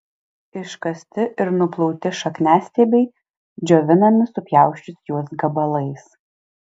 iškasti ir nuplauti šakniastiebiai džiovinami supjausčius juos gabalais